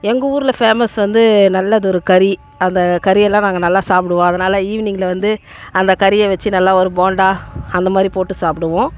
எங்கள் ஊரில் ஃபேமஸ் வந்து நல்லதொரு கறி அந்த கறியெல்லாம் நாங்கள் நல்லா சாப்பிடுவோம் அதனால ஈவினிங்கில் வந்து அந்த கறியை வச்சு நல்லா ஒரு போண்டா அந்த மாதிரி போட்டு சாப்பிடுவோம்